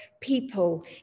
people